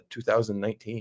2019